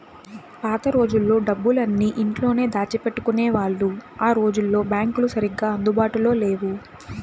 పాత రోజుల్లో డబ్బులన్నీ ఇంట్లోనే దాచిపెట్టుకునేవాళ్ళు ఆ రోజుల్లో బ్యాంకులు సరిగ్గా అందుబాటులో లేవు